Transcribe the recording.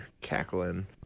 cackling